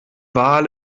wal